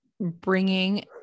bringing